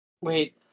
Wait